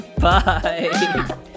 Bye